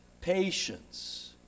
patience